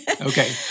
Okay